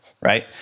right